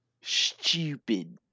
Stupid